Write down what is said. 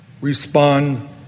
respond